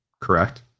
Correct